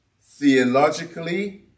theologically